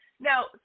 Now